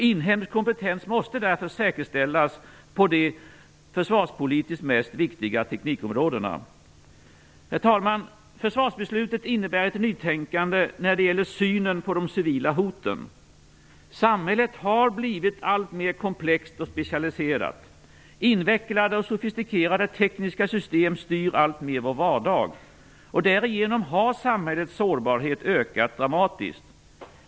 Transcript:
Inhemsk kompetens måste därför säkerställas på det försvarspolitiskt viktigaste teknikområdena. Herr talman! Försvarsbeslutet innebär ett nytänkande när det gäller synen på de civila hoten. Samhället har blivit alltmer komplext och specialiserat. Invecklade och sofistikerade tekniska system styr alltmer vår vardag, och därigenom har samhällets sårbarhet ökat dramatiskt.